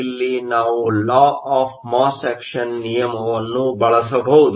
ಇಲ್ಲಿ ನಾವು law of mass action ನಿಯಮವನ್ನು ಬಳಸಬಹುದು